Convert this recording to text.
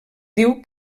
diu